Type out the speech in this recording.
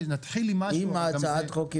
נתחיל עם משהו --- אם הצעת החוק היא